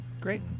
great